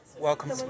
Welcome